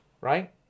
Right